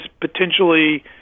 potentially